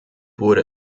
wurde